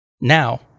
Now